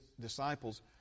disciples